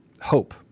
hope